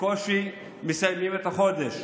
בקושי מסיימים את החודש,